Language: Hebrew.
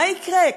מה יקרה,